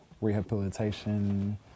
rehabilitation